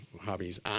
hobbies